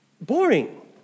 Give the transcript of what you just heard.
Boring